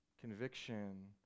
Conviction